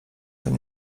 tym